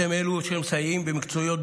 אתם אלה שמסייעים במקצועיות,